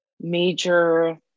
major